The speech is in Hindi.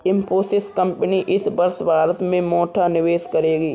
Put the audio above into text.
इंफोसिस कंपनी इस वर्ष भारत में मोटा निवेश करेगी